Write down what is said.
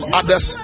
others